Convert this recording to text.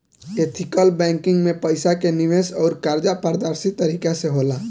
ethical banking में पईसा के निवेश अउर कर्जा पारदर्शी तरीका से होला